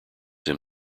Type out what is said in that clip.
him